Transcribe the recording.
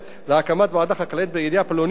חקלאית בעירייה פלונית מתקבלת על סמך